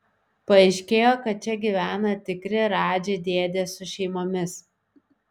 paaiškėjo kad čia gyvena tikri radži dėdės su šeimomis